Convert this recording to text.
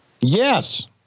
Yes